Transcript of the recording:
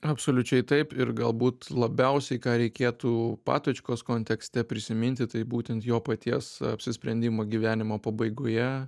absoliučiai taip ir galbūt labiausiai ką reikėtų patočkos kontekste prisiminti tai būtent jo paties apsisprendimą gyvenimo pabaigoje